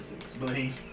explain